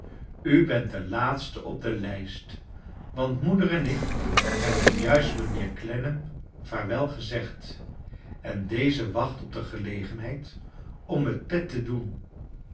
u bent de laatste op de lijst want moeder en ik hebben juist mijnheer clennam vaarwel gezegd en deze wacht op de gelegenheid om het pet te doen